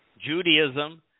Judaism